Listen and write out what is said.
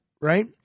right